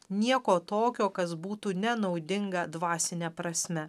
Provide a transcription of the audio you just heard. nieko tokio kas būtų nenaudinga dvasine prasme